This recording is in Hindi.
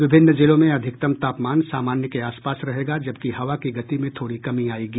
विभिन्न जिलों में अधिकतम तापमान सामान्य के आस पास रहेगा जबकि हवा की गति में थोड़ी कमी आयेगी